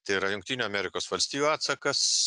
tai yra jungtinių amerikos valstijų atsakas